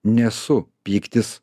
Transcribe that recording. nesu pyktis